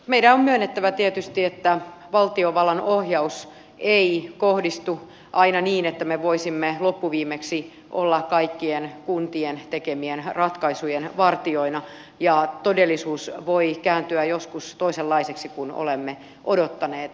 meidän on myönnettävä tietysti että valtiovallan ohjaus ei kohdistu aina niin että me voisimme loppuviimeksi olla kaikkien kuntien tekemien ratkaisujen vartijoina ja todellisuus voi kääntyä joskus toisenlaiseksi kuin olemme odottaneet